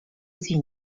sie